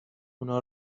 اونا